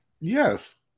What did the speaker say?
Yes